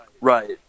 Right